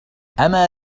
أما